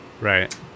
Right